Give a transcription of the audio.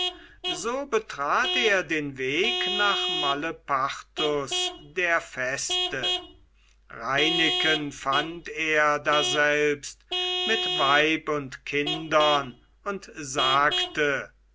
so betrat er den weg nach malepartus der feste reineken fand er daselbst mit weib und kindern und sagte